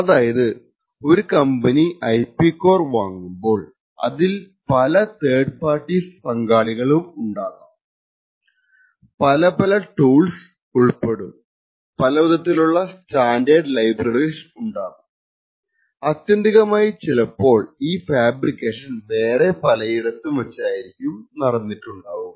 അതായത് ഒരു company IP core വാങ്ങുമ്പോൾ അതിൽ പല തേർഡ് പാർട്ടീസ് പങ്കാളികളാകും പല പല ടൂൾസ് ഉൾപ്പെടും പല വിധത്തിലുള്ള സ്റ്റാൻഡേർഡ് ലൈബ്രറീസ് ഉണ്ടാകും അത്യന്തമായി ചിലപ്പോൾ ഈ ഫാബ്രിക്കേഷൻ വേറെ പലയിടത്തും വച്ചായിരിക്കും നടന്നിട്ടുണ്ടാവുക